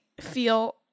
feel